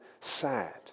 sad